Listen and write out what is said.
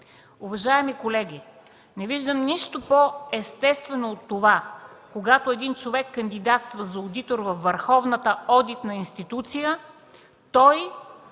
Уважаеми колеги, не виждам нищо по естествено от това, когато един човек кандидатства за одитор във върховната одитна институция, да